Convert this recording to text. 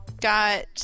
got